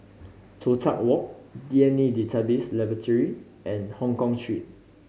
Toh Tuck Walk D N A Database Laboratory and Hongkong Street